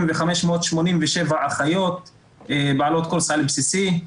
ו-587 אחיות בעלות --- סל בסיסי.